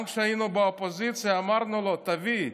גם כשהיינו באופוזיציה אמרנו לו: תביא,